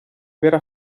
vera